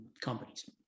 companies